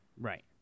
Right